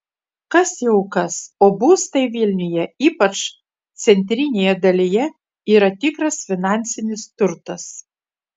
kas jau kas o būstai vilniuje ypač centrinėje dalyje yra tikras finansinis turtas